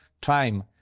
time